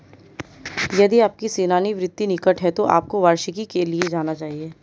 यदि आपकी सेवानिवृत्ति निकट है तो आपको वार्षिकी के लिए जाना चाहिए